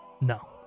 No